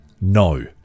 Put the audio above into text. no